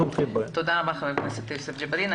תודה, חבר הכנסת יוסף ג'בארין.